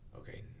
okay